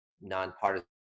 nonpartisan